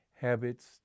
habits